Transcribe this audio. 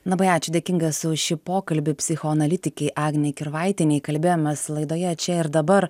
labai ačiū dėkinga esu už šį pokalbį psichoanalitikei agnei kirvaitienei kalbėjomės laidoje čia ir dabar